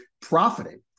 profiting